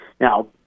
Now